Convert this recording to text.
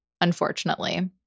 unfortunately